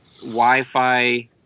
Wi-Fi